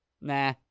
nah